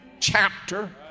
chapter